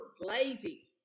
lazy